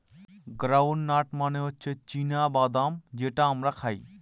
ground nut মানে হচ্ছে চীনা বাদাম যেটা আমরা খাই